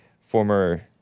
former